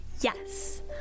Yes